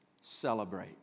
celebrate